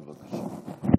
בבקשה.